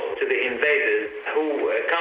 to the invaders who